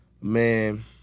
man